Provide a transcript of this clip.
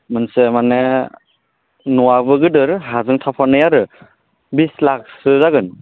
मोनसे माने न'आबो गिदिर हाजो थाफानाय आरो बिस लाखसो जागोन